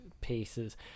pieces